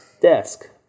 desk